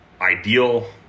ideal